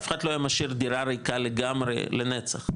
אף אחד לא היה משאיר דירה ריקה לגמרי לנצח.